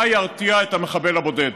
מה ירתיע את המחבל הבודד?